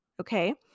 okay